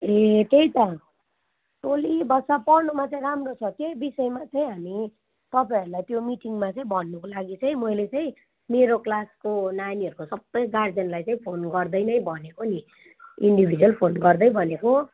ए त्यही त टोल्लिइबस्छ पढ्नुमा चाहिँ राम्रो छ त्यही विषयमा चाहिँ हामी तपाईँहरूलाई त्यो मिटिङमा चाहिँ भन्नुको लागि चाहिँ मैले चाहिँ मेरो क्लासको नानीहरूको सबै गार्जेनलाई चाहिँ फोन गर्दै नै भनेको नि इन्डिभिजुअल फोन गर्दै भनेको